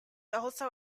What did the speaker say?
also